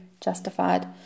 justified